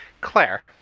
Claire